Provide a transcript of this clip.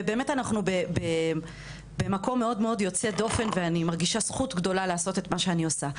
ואנחנו במקום יוצא דופן ואני מרגישה זכות גדולה לעשות את מה שאני עושה.